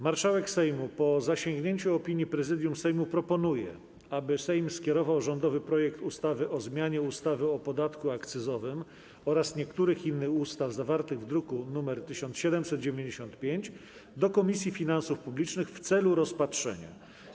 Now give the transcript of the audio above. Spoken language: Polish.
Marszałek Sejmu, po zasięgnięciu opinii Prezydium Sejmu, proponuje, aby Sejm skierował rządowy projekt ustawy o zmianie ustawy o podatku akcyzowym oraz niektórych innych ustaw, zawarty w druku nr 1795, do Komisji Finansów Publicznych w celu rozpatrzenia.